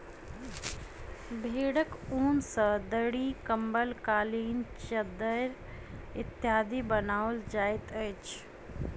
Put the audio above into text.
भेंड़क ऊन सॅ दरी, कम्बल, कालीन, चद्दैर इत्यादि बनाओल जाइत अछि